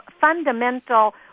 fundamental